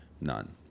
None